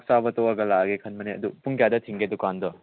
ꯆꯥꯕ ꯇꯣꯛꯂꯒ ꯂꯥꯛꯂꯒꯦ ꯈꯟꯕꯅꯦ ꯑꯗꯨ ꯄꯨꯡ ꯀꯌꯥꯗ ꯊꯤꯡꯒꯦ ꯗꯨꯀꯥꯟꯗꯣ